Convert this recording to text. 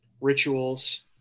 rituals